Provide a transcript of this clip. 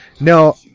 No